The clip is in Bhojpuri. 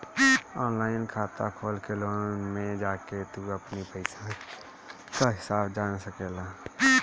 ऑनलाइन खाता खोल के लोन में जाके तू अपनी पईसा कअ हिसाब जान सकेला